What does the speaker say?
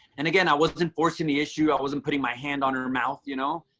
and again, i wasn't and forcing the issue. i wasn't putting my hand on her mouth, you know,